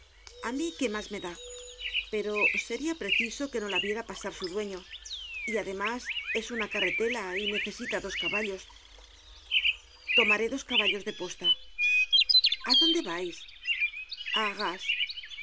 á mí qué mas me da pero seria preciso que no la viera pasar su dueño y además es una carretela y necesita dos caballos tomaré caballos de posta a dónde vais a arras